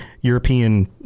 European